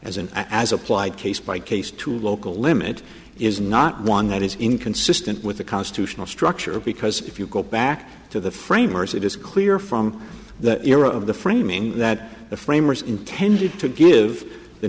as an as applied case by case to local limit is not one that is inconsistent with the constitutional structure because if you go back to the framers it is clear from the era of the framing that the framers intended to give the